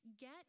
Get